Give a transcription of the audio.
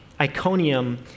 Iconium